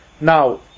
Now